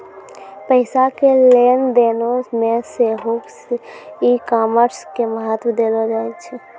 पैसा के लेन देनो मे सेहो ई कामर्स के महत्त्व देलो जाय छै